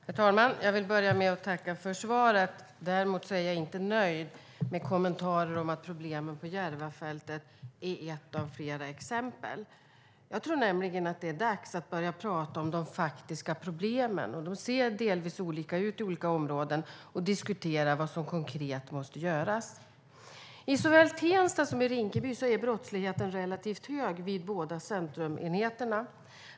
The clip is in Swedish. Herr talman! Jag vill börja med att tacka för svaret. Däremot är jag inte nöjd med kommentarer om att problemet på Järvafältet är ett av flera exempel. Jag tror nämligen att det är dags att börja prata om de faktiska problemen, vilka delvis ser olika ut i olika områden, och diskutera vad som konkret måste göras. I såväl Tensta som Rinkeby är brottsligheten relativt hög vid centrumenheterna.